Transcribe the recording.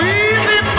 easy